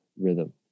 rhythm